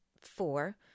four